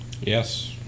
Yes